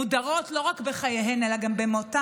הן מודרות לא רק בחייהן אלא גם במותן.